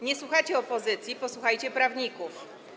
Nie słuchacie opozycji, posłuchajcie prawników.